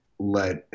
let